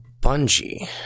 Bungie